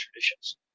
traditions